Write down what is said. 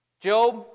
Job